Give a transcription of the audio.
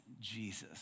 Jesus